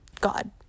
god